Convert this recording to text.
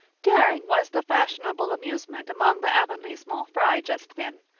daring was the fashionable amusement among the avonlea small fry just then.